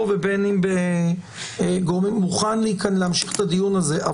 שנעשית לא יכול להתקיים בדיון הזה.